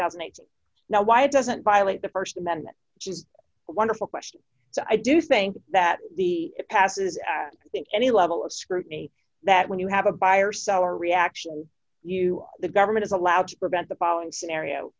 thousand it's now why it doesn't violate the st amendment which is a wonderful question so i do think that the passes at think any level of scrutiny that when you have a buyer seller reaction you the government is allowed to prevent the following scenario